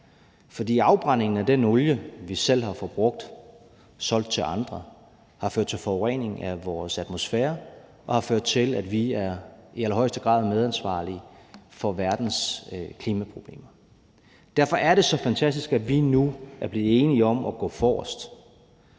For afbrændingen af den olie, vi selv har forbrugt og solgt til andre, har ført til forurening af vores atmosfære og har ført til, at vi i allerhøjeste grad er medansvarlige for verdens klimaproblemer. Derfor er det så fantastisk, at vi nu er blevet enige om at gå forrest.